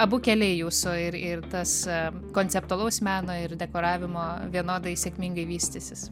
abu keliai jūsų ir ir tas konceptualaus meno ir dekoravimo vienodai sėkmingai vystysis